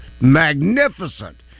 magnificent